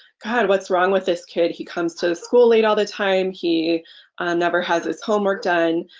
god what's wrong with this kid? he comes to school late all the time. he never has his homework done.